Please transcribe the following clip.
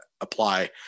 apply